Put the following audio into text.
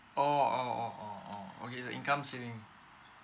orh orh orh orh orh okay is the income ceiling